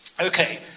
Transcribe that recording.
Okay